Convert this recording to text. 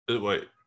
Wait